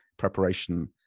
preparation